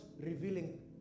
revealing